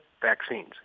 Vaccines